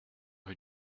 rue